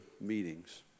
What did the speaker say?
meetings